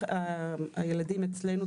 לגבי הילדים אצלנו,